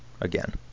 again